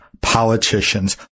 politicians